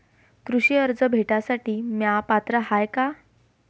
कृषी कर्ज भेटासाठी म्या पात्र हाय का?